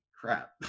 crap